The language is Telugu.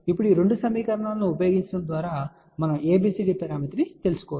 ఇప్పుడు ఈ 2 సమీకరణాలను ఉపయోగించడం ద్వారా మనం ABCD పరామితిని తెలుసుకోవచ్చు